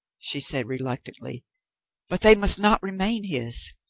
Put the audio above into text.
she said reluctantly but they must not remain his.